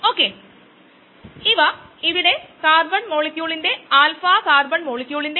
derivation Michaelis Menten കയ്നെറ്റിക്സ്ന്റെ അതെപോലെ ആണ്